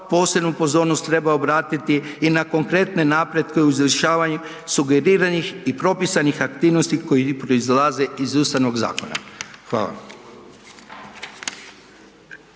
posebnu pozornost treba obratiti i na konkretne napretke u izvršavanju sugeriranih i propisanih aktivnosti koji proizilaze iz Ustavnog zakona. Hvala.